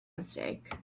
mistake